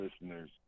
listeners